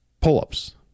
pull-ups